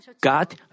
God